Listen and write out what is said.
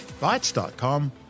Bytes.com